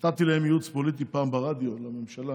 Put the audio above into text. נתתי להם פעם ייעוץ פוליטי ברדיו, לממשלה.